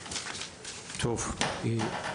בבקשה.